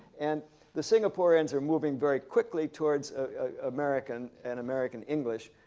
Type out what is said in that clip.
and the singaporeans are moving very quickly towards american and american english.